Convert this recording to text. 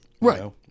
Right